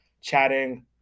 chatting